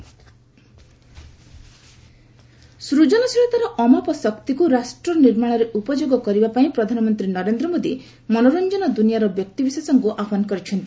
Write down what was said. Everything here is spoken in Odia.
ପିଏମ୍ ଫିଲ୍ମ ପର୍ସନାଲିଟିଜ୍ ସୃଜନଶୀଳତାର ଅମାପ ଶକ୍ତିକୁ ରାଷ୍ଟ୍ର ନିର୍ମାଶରେ ଉପଯୋଗ କରିବା ପାଇଁ ପ୍ରଧାନମନ୍ତ୍ରୀ ନରେନ୍ଦ୍ର ମୋଦି ମନୋର୍ଚ୍ଚନ ଦୁନିଆର ବ୍ୟକ୍ତିବିଶେଷଙ୍କୁ ଆହ୍ୱାନ କରିଛନ୍ତି